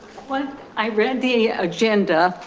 but i read the agenda.